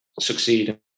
succeed